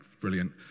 brilliant